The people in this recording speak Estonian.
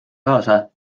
kaasa